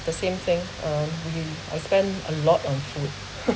the same thing uh we I spent a lot on food